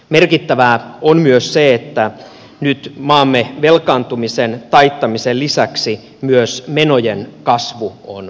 merkittävää on myös se että nyt maamme velkaantumisen taittamisen lisäksi myös menojen kasvu on taitettu